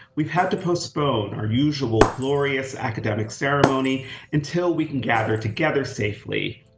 we've had to postpone our usual glorious academic ceremony until we can gather together safely.